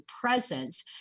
presence